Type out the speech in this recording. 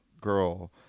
girl